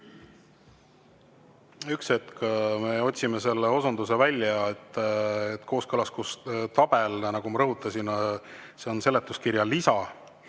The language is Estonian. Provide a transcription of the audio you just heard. Üks hetk. Me otsime selle osunduse välja. Kooskõlastustabel, nagu ma rõhutasin, on seletuskirja lisa.